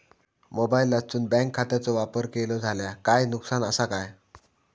मोबाईलातसून बँक खात्याचो वापर केलो जाल्या काय नुकसान असा काय?